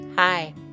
Hi